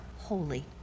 holy